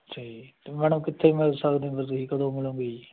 ਅੱਛਾ ਜੀ ਤਾਂ ਮੈਡਮ ਕਿੱਥੇ ਮਿਲ ਸਕਦੇ ਤੁਸੀਂ ਕਦੋਂ ਮਿਲੂਗੇ ਜੀ